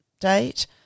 date